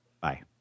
Bye